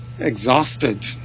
Exhausted